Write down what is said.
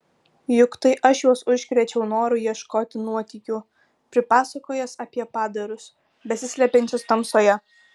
juk tai aš juos užkrėčiau noru ieškoti nuotykių pripasakojęs apie padarus besislepiančius tamsoje